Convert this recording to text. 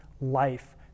life